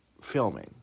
filming